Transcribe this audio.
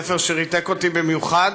ספר שריתק אותי במיוחד.